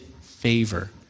favor